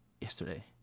yesterday